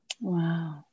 Wow